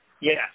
Yes